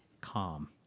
calm